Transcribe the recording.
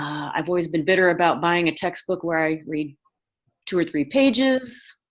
i've always been bitter about buying a textbook where i read two or three pages